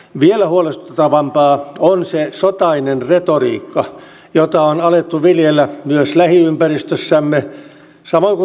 vielä huolestuttavampaa on se sotainen retoriikka jota on alettu viljellä myös lähiympäristössämme samoin kuin suomalaisessa mediassa